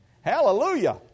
Hallelujah